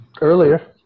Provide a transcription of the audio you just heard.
earlier